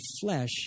flesh